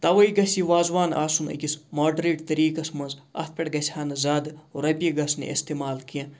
تَوَے گَژھِ یہِ وازوان آسُن أکِس ماڈریٹ طریٖقَس منٛز اَتھ پٮ۪ٹھ گَژھِ ہا نہٕ زیادٕ رۄپیہِ گَژھنہٕ اِستعمال کینٛہہ